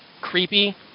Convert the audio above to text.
creepy